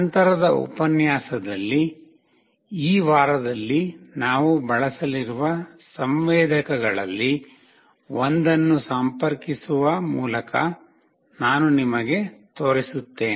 ನಂತರದ ಉಪನ್ಯಾಸದಲ್ಲಿ ಈ ವಾರದಲ್ಲಿ ನಾವು ಬಳಸಲಿರುವ ಸಂವೇದಕಗಳಲ್ಲಿ ಒಂದನ್ನು ಸಂಪರ್ಕಿಸುವ ಮೂಲಕ ನಾನು ನಿಮಗೆ ತೋರಿಸುತ್ತೇನೆ